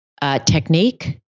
technique